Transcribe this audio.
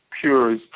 pure